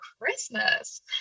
christmas